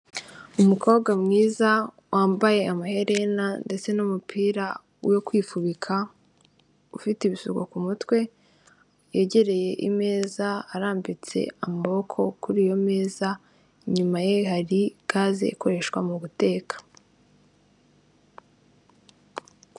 Umukobwa mwiza wambaye amaherena ndetse n'umupira wo kwifubika, ufite ibisuko ku mutwe yegereye, imeza arambitse amaboko kuri iyo meza, inyuma ye hari gaze ikoreshwa mu guteka.